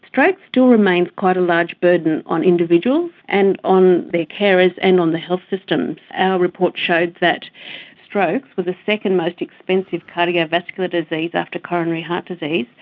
stroke still remains quite a large burden on individuals and on their carers and on the health system. our report showed that strokes was the second most expensive cardiovascular disease after coronary heart disease,